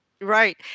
Right